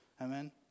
Amen